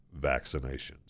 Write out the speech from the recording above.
vaccinations